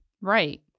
Right